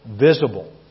visible